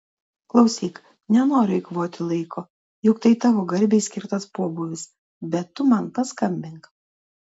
klausyk nenoriu eikvoti laiko juk tai tavo garbei skirtas pobūvis bet tu man paskambink